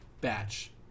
Batch